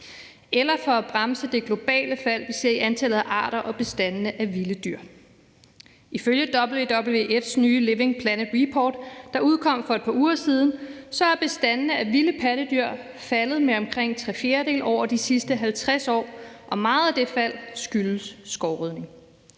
eller for at bremse det globale fald, vi ser i antallet af arter og bestande af vilde dyr. Ifølge WWF's nye »Living Planet Report«, der udkom for et par uger siden, er bestandene af vilde pattedyr faldet med omkring tre fjerdedele over de sidste 50 år, og meget af det fald skyldes skovrydning.